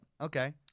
Okay